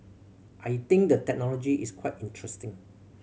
I think the technology is quite interesting